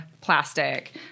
plastic